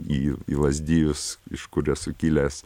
į į lazdijus iš kur esu kilęs